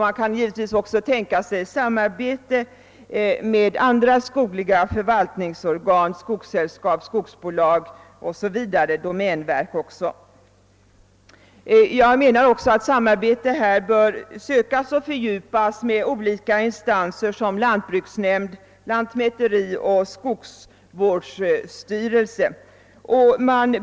Man kan givetvis också tänka sig samarbete med andra skogliga förvaltningsorgan: skogssällskap, skogsbolag, domänverket osv. Samarbete bör också sökas och fördjupas med sådana instanser som lantbruksnämnd, lantmäterioch skogsvårdsstyrelse.